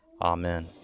Amen